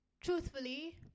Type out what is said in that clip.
truthfully